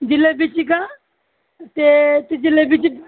जिलेबीची का ते ती जिलेबीची